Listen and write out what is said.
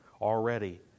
already